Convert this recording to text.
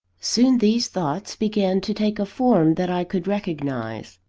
soon, these thoughts began to take a form that i could recognise.